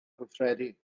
gweithredu